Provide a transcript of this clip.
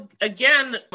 again